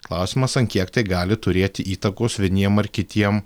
klausimas ant kiek tai gali turėti įtakos vieniem ar kitiem